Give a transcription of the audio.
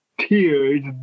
tears